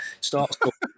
Starts